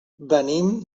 venim